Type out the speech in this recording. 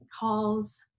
Halls